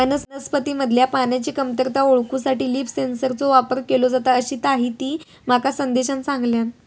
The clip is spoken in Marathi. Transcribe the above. वनस्पतींमधल्या पाण्याची कमतरता ओळखूसाठी लीफ सेन्सरचो वापर केलो जाता, अशीताहिती माका संदेशान सांगल्यान